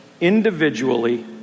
individually